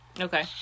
Okay